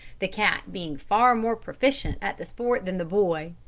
the cat being far more proficient at the sport than the boy.